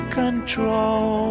control